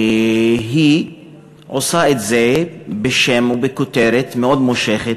היא עושה את זה בשם ובכותרת מאוד מושכת